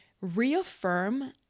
reaffirm